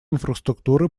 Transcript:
инфраструктуры